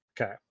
Okay